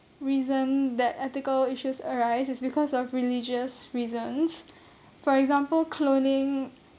reason that ethical issues arise is because of religious reasons for example cloning